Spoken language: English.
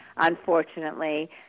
unfortunately